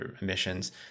emissions